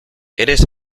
eres